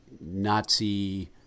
Nazi